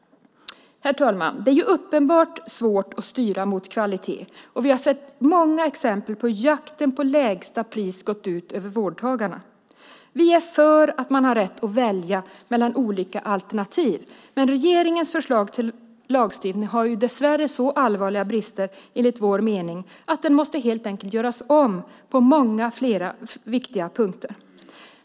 Herr talman! Det är uppenbart svårt att styra mot kvalitet. Vi har sett många exempel på hur jakten på lägsta pris gått ut över vårdtagarna. Vi är för att man har rätt att välja mellan olika alternativ. Regeringens förslag till lagstiftning har, enligt vår mening, dessvärre så allvarliga brister att det på flera viktiga punkter helt enkelt måste göras om.